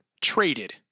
traded